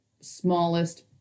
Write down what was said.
smallest